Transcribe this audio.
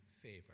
favor